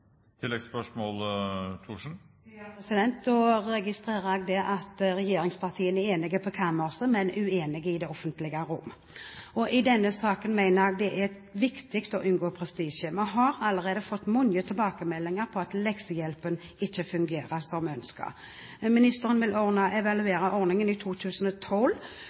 Jeg registrerer at regjeringspartiene er enige på kammerset, men uenige i det offentlige rom. I denne saken mener jeg det er viktig å unngå prestisje. Vi har allerede fått mange tilbakemeldinger om at leksehjelpen ikke fungerer som ønsket. Men ministeren vil evaluere ordningen i 2012.